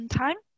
time